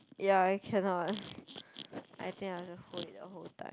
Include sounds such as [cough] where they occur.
ya I cannot [noise] I think I have to hold it the whole time